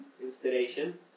inspiration